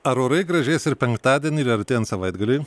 ar orai gražės ir penktadienį ir artėjant savaitgaliui